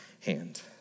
hand